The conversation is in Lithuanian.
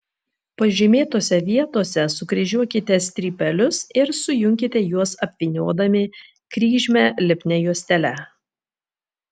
pažymėtose vietose sukryžiuokite strypelius ir sujunkite juos apvyniodami kryžmę lipnia juostele